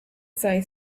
say